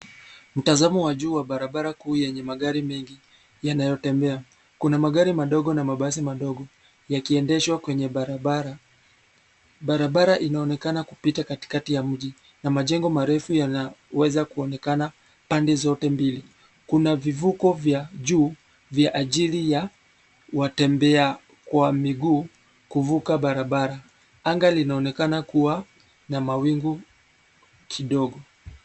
Mtazamo wa juu wa barabara kuu yenye magari mengi yanayotembea, kuna magari madogo na mabasi madogo yakiendeshwa kwenye barabara, barabara inaonekana kupita katikati ya mji na majengo marefu yanaweza kuonekana pande zote mbili. Kuna vivuko vya juu vya ajili ya watembea kwa miguu kuvuka barabara, anga linaonekana kuwa la mawingu kidogo.